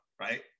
right